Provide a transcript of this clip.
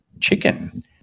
chicken